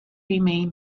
remain